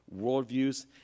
worldviews